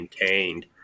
maintained